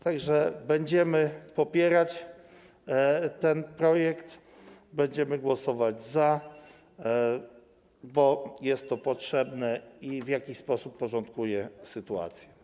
Tak że będziemy popierać ten projekt, będziemy głosować za, bo jest to potrzebne i w jakiś sposób porządkuje sytuację.